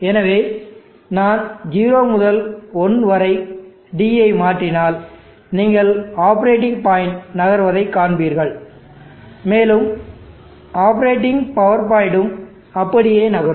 எனவே நான் 0 முதல் 1 வரை d ஐ மாற்றினால் நீங்கள் ஆப்பரேட்டிங் பாயிண்ட் நகர்வதைக் காண்பீர்கள் மேலும் ஆப்பரேட்டிங் பவர் பாயிண்ட்டும் அப்படியே நகரும்